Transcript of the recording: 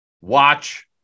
watch